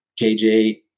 KJ